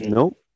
Nope